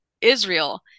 Israel